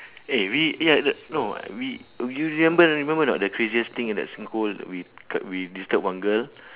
eh we eh eh no we we you remember remember or not the craziest thing in that singpost we c~ disturb one girl